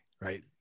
Right